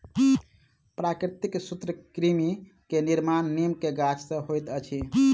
प्राकृतिक सूत्रकृमि के निर्माण नीम के गाछ से होइत अछि